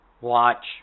watch